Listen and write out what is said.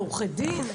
אתם עורכי דין?